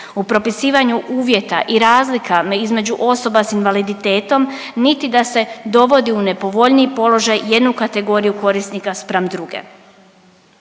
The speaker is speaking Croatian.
u propisivanju uvjeta i razlika između osoba sa invaliditetom, niti da se dovodi u nepovoljniji položaj jednu kategoriju korisnika spram druge.